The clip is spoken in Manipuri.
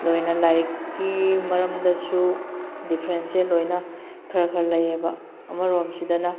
ꯂꯣꯏꯅ ꯂꯥꯏꯔꯤꯛꯀꯤ ꯃꯔꯝꯗꯁꯨ ꯗꯤꯐ꯭ꯔꯦꯟꯁꯁꯦ ꯂꯣꯏꯅ ꯈꯔ ꯈꯔ ꯂꯩꯌꯦꯕ ꯑꯃꯔꯣꯝꯁꯤꯗꯅ